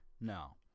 No